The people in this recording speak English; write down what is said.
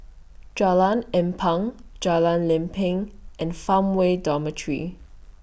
Jalan Ampang Jalan Lempeng and Farmway Dormitory